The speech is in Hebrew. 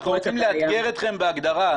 אנחנו רוצים לאתגר אתכם בהגדרה.